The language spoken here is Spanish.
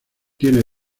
tiene